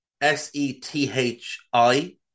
s-e-t-h-i